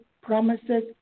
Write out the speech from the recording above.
promises